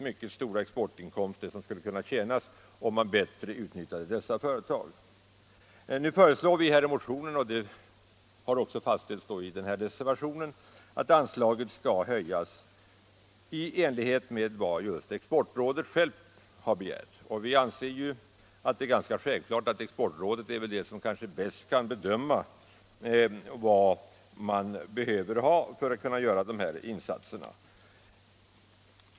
Mycket stora exportinkomster skulle kunna göras, om man bättre utnyttjade dessa företag. I motionen och i reservationen föreslås att anslaget skall höjas i enlighet med vad just Exportrådet självt har begärt. Vi anser det ganska självklart att Exportrådet bäst kan bedöma vad som krävs för att kunna göra dessa insatser.